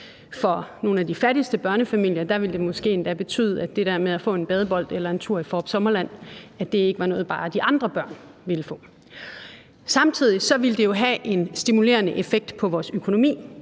For nogle af de fattigste børnefamilier ville det måske endda betyde, at det der med at få en badebold eller en tur i Fårup Sommerland ikke var noget, bare de andre børn ville få. Samtidig ville det jo have en stimulerende effekt på vores økonomi.